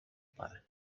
пари